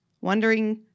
wondering